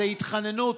זו התחננות.